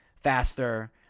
faster